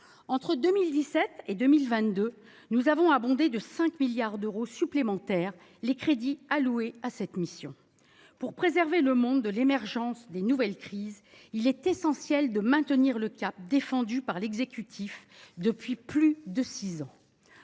Entre 2017 et 2022, nous avons abondé de 5 milliards d’euros les crédits alloués à cette mission. Pour préserver le monde de l’émergence de nouvelles crises, il est essentiel de maintenir le cap défendu par l’exécutif depuis plus de six ans.